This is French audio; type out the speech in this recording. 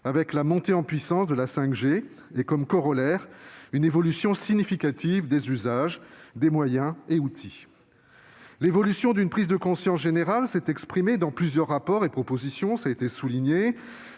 avec la montée en puissance de la 5G, avec comme corollaire une évolution significative des usages, des moyens et des outils. L'évolution d'une prise de conscience générale s'est traduite dans plusieurs rapports et propositions. Je citerai